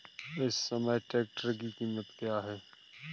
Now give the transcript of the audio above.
इस समय ट्रैक्टर की कीमत क्या है?